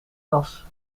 das